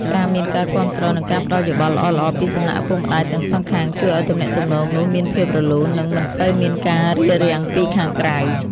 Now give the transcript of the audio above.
ការមានការគាំទ្រ និងការផ្ដល់យោបល់ល្អៗពីសំណាក់ឪពុកម្ដាយទាំងសងខាង ជួយឱ្យទំនាក់ទំនងនោះមានភាពរលូន និងមិនសូវមានការរារាំងពីខាងក្រៅ។